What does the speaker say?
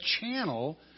channel